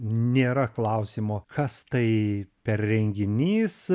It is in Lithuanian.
nėra klausimo kas tai per renginys